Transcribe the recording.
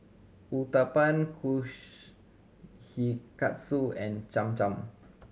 Uthapam Kushikatsu and Cham Cham